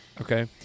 okay